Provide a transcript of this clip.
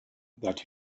that